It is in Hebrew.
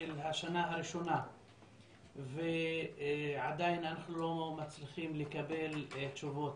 השנה הראשונה ועדיין אנחנו לא מצליחים לקבל תשובות.